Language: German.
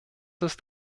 ist